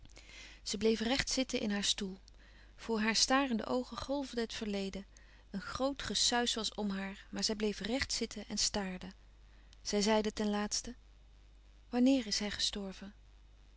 zij bleef recht zitten in haar stoel voor haar starende oogen golfde het verleden een groot gesuis was om haar maar zij bleef rècht zitten en staarde zij zeide ten laatste wanneer is hij gestorven